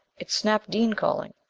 it's snap dean calling.